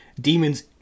demons